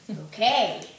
Okay